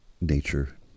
nature